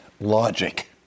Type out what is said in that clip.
logic